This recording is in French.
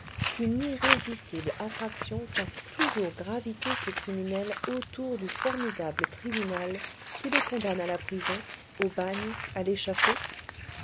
qu'une irrésistible attraction fasse toujours graviter ces criminels autour du formidable tribunal qui les condamne à la prison au bagne à l'échafaud